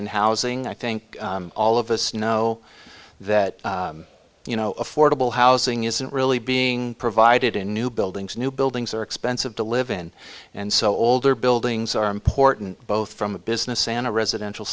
and housing i think all of us know that you know affordable housing isn't really being provided in new buildings new buildings are expensive to live in and so older buildings are important both from a business and a residential